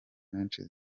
menshi